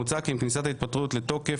מוצע כי עם כניסת ההתפטרות לתוקף,